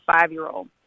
five-year-old